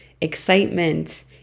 excitement